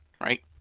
right